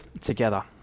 together